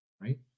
Right